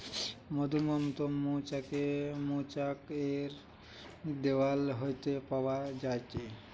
মধুমোম টো মৌচাক এর দেওয়াল হইতে পাওয়া যায়টে